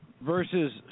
versus